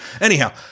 Anyhow